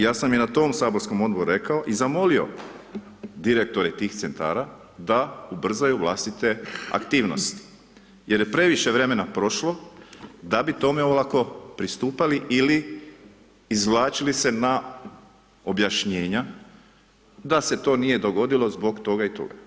Ja sam i na tom saborskom odboru rekao i zamolio direktore tih centara da ubrzaju vlastite aktivnosti, jer je previše vremena prošlo da bi tome olako pristupali ili izvlačili se na objašnjenja da se to nije dogodilo zbog toga i toga.